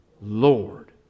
Lord